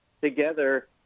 together